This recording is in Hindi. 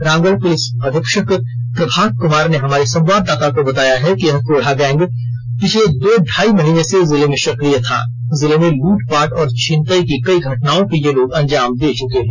रामगढ़ पुलिस अधीक्षक प्रभात क्मार ने हमारे संवाददाता को बताया है कि यह कोढ़ा गैंग पिछले दो ढ़ाई महीने से जिले में सक्रिय था जिले में लूटपाट और छिनतई की कई घटनाओं को ये लोग अंजाम दे चुके हैं